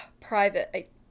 private